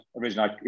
originally